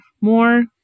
more